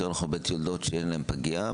יותר נכון בית יולדות, שאין לו פגייה?